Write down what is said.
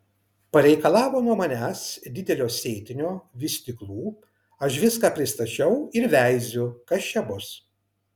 pareikalavo nuo manęs didelio sėtinio vystyklų aš viską pristačiau ir veiziu kas čia bus